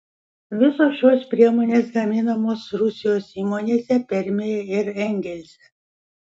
visos šios priemonės gaminamos rusijos įmonėse permėje ir engelse